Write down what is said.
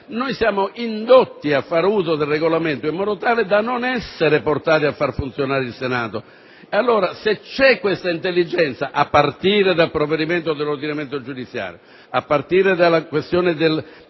noi saremo indotti a fare uso del Regolamento in modo tale da essere portati a non far funzionare il Senato. Allora, se c'è questa intelligenza, a partire dal provvedimento sull'ordinamento giudiziario o dalla questione